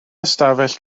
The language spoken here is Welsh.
ystafell